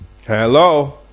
Hello